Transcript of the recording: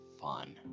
Fun